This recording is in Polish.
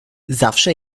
zawsze